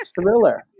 Thriller